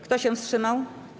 Kto się wstrzymał?